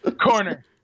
Corner